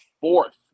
fourth